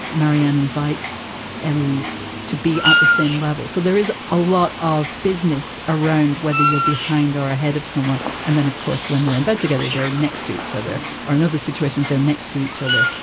marianne invites louise to be at the same level. so there is a lot of business around whether you're behind or ahead of someone. and then, of course, when they're in bed together, they're next to each other or in other situations, they're next to each other.